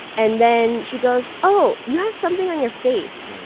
and then she goes, oh, you have something on your face.